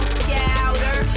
scouter